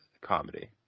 comedy